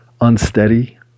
unsteady